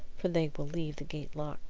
for they will leave the gate locked